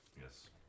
yes